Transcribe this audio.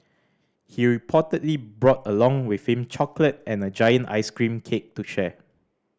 he reportedly brought along with him chocolate and a giant ice cream cake to share